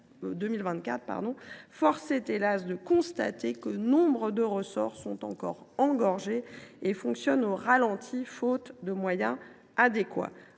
force est – hélas !– de constater que nombre de ressorts sont encore engorgés et fonctionnent au ralenti, faute de moyens adéquats.